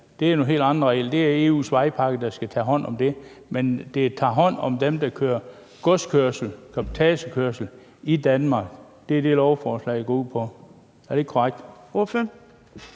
Det er nogle helt andre regler; det er EU's vejpakke, der skal tage hånd om det. Men det her tager hånd om dem, der kører godskørsel, cabotagekørsel, i Danmark. Det er det, lovforslaget går ud på. Er det ikke korrekt?